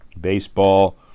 baseball